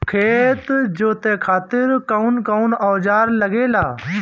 खेत जोते खातीर कउन कउन औजार लागेला?